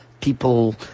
people